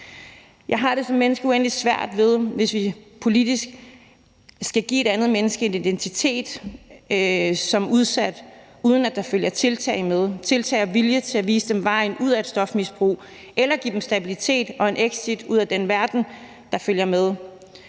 Jeg har som menneske uendelig svært ved det, hvis vi politisk skal give et andet menneske en identitet som udsat, uden at der følger tiltag med og en vilje til at vise dem vejen ud af et stofmisbrug eller til at give dem stabilitet og en exit ud af den verden, der følger med;